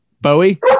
Bowie